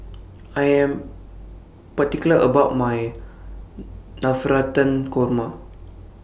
I Am particular about My Navratan Korma